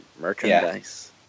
Merchandise